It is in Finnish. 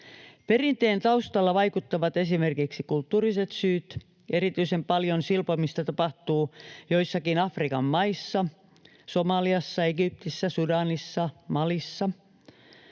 Perinteen taustalla vaikuttavat esimerkiksi kulttuuriset syyt. Erityisen paljon silpomista tapahtuu joissakin Afrikan maissa: Somaliassa, Egyptissä, Sudanissa, Malissa.